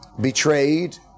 betrayed